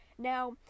Now